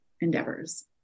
endeavors